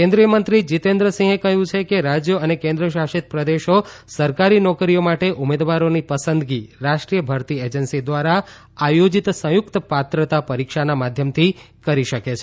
કેન્દ્રિય મંત્રી જિતેન્દ્રસિંહે કહ્યું કે રાજ્યો અને કેન્દ્રશાસિત પ્રદેશો સરકારી નોકરીઓ માટે ઉમેદવારોની પસંદગી રાષ્ટ્રીય ભરતી એજન્સી દ્વારા આયોજિત સંયુક્ત પાત્રતા પરિક્ષાના માધ્યમથી કરી શકે છે